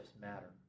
matter